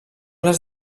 les